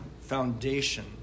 foundation